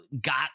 got